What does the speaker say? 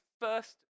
first